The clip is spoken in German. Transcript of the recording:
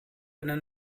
eine